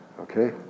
okay